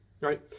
right